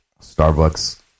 Starbucks